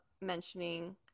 mentioning